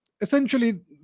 Essentially